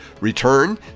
return